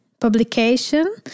publication